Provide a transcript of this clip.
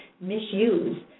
misuse